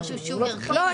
לא.